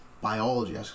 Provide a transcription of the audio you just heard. Biology